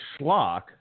schlock